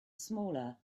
smaller